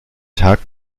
tag